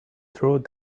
through